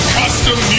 custom